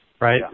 Right